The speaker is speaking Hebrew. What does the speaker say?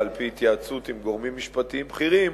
על-פי התייעצות עם גורמים משפטיים בכירים,